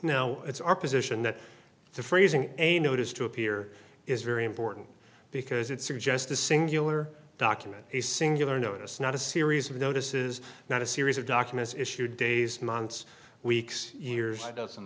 now it's our position that the phrasing a notice to appear is very important because it suggests a singular document a singular notice not a series of notices not a series of documents issued days months weeks years doesn't